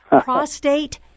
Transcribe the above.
Prostate